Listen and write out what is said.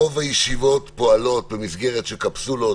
רוב הישיבות פועלות במסגרת של קפסולות,